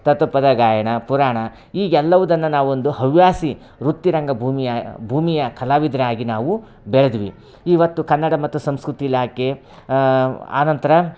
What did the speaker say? ತತ್ವಪದ ಗಾಯನ ಪುರಾಣ ಈಗೆ ಎಲ್ಲವುದನ್ನು ನಾವೊಂದು ಹವ್ಯಾಸಿ ವೃತ್ತಿ ರಂಗಭೂಮಿಯ ಭೂಮಿಯ ಕಲಾವಿದರಾಗಿ ನಾವು ಬೆಳೆದ್ವಿ ಈವತ್ತು ಕನ್ನಡ ಮತ್ತು ಸಂಸ್ಕೃತಿ ಇಲಾಖೆ ಆ ನಂತರ